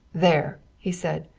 there! he said.